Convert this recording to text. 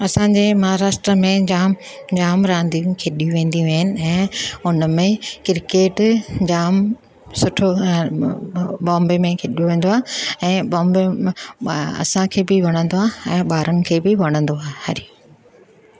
असांजे महाराष्ट्र में जाम जाम रांदियूं खेॾियूं वेंदियूं आहिनि ऐं उन में क्रिकेट जाम सुठो बॉम्बे में खेॾो वेंदो आहे ऐं बॉम्बे में असांखे बि वणंदो आहे ऐं ॿारनि खे बि वणंदो आहे हरिओम